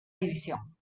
división